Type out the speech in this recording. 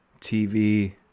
TV